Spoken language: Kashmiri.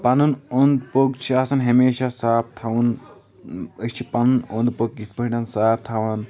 پَنُن اوٚند پوٚک چھُ آسان ہَمیشہ صاف تَھاوُن أسۍ چھِ پنُن اوٚند پوک یِتھ پٲٹھۍ صاف تَھاوان